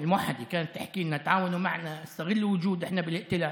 להלן תרגומם: כאשר הצעתי את חוק החשמל,